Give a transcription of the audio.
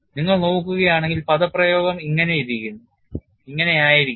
നിങ്ങൾ നോക്കുകയാണെങ്കിൽ പദപ്രയോഗം ഇങ്ങനെയായിരിക്കും